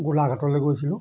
গোলাঘাটলৈ গৈছিলোঁ